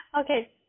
Okay